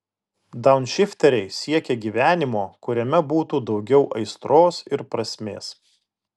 daunšifteriai siekia gyvenimo kuriame būtų daugiau aistros ir prasmės